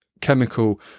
chemical